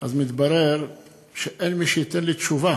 ומתברר שאין מי שייתן לי תשובה.